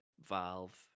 Valve